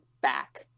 back